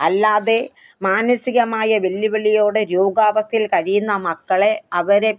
അല്ലാതെ മാനസികമായ വെല്ലുവിളിയോടെ രോഗാവസ്ഥയില് കഴിയുന്ന മക്കളെ അവരെ